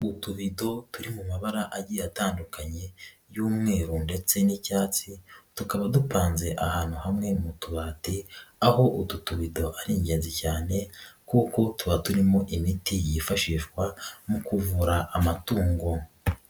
Utubido turi mu mabara agiye atandukanye y'umweru ndetse n'icyatsi tukaba dupanze ahantu hamwe mu tubati aho utu tubido ari ingenzi cyane kuko tuba turimo imiti yifashishwa mu kuvura amatungo.